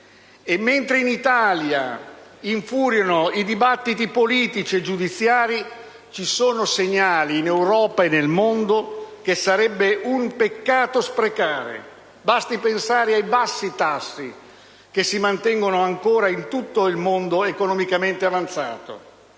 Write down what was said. Mentre in Italia infuriano i dibattiti politici e giudiziari, in Europa e nel mondo ci sono segnali che sarebbe un peccato sprecare: basti pensare ai bassi tassi che si mantengono ancora in tutto il mondo economicamente avanzato.